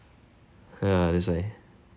ya that's why